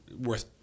worth